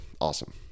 awesome